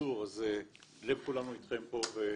לב כולנו אתכם פה,